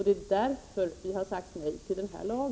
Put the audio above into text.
Det är därför som vi har sagt nej till denna lag.